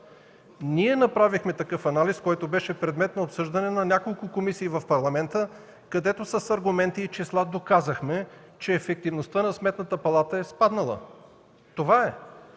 Ние направихме такъв анализ, който беше предмет на обсъждане в няколко комисии в Парламента, където с аргументи и числа доказахме, че ефективността на Сметната палата е спаднала. Това е.